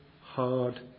hard